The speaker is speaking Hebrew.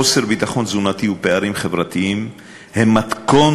חוסר ביטחון תזונתי ופערים חברתיים הם מתכון